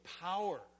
power